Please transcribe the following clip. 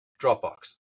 Dropbox